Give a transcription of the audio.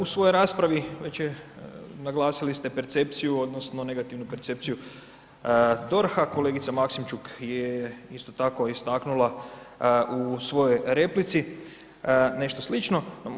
U svojoj raspravi već je naglasili ste percepciju, odnosno negativnu percepciju DORH-a, kolegica Maksimčuk je isto tako istaknula u svojoj replici nešto slično.